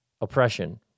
oppression